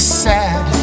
sad